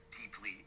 deeply